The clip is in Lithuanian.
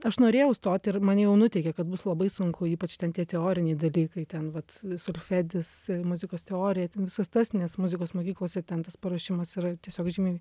aš norėjau stot ir mane jau nuteikė kad bus labai sunku ypač ten tie teoriniai dalykai ten vat solfedis muzikos teorija ten visas tas nes muzikos mokyklose ten tas paruošimas yra tiesiog žymiai